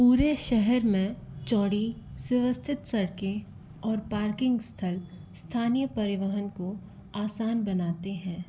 पूरे शहर में चौड़ी सुव्यवस्थित सड़कें और पार्किंग स्थल स्थानीय परिवहन को आसान बनाते हैं